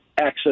access